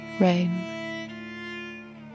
rain